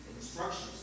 instructions